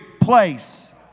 place